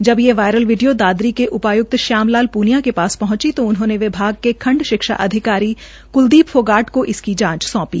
जब ये viral video Dadri के उपायुक्त श्याम लाल प्निया के पास पहंची जो उन्होंने विभाग खंड शिक्षा अधिकारी क्लदीप ॅफोगाट के इसकी जांच सौंपी